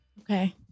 Okay